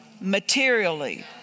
materially